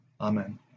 Amen